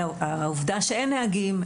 העובדה שאין נהגים,